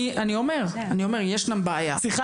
אני אומר יש כאן בעיה ולכן --- צריכה